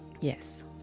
yes